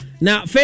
now